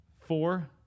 four